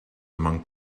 among